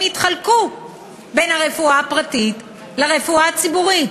הם יתחלקו בין הרפואה הפרטית לרפואה הציבורית.